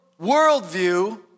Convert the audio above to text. worldview